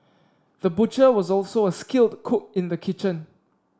the butcher was also a skilled cook in the kitchen